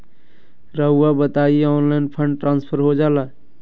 रहुआ बताइए online fund transfer हो जाला?